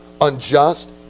unjust